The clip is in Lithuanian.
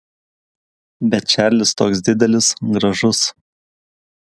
bet čarlis toks didelis gražus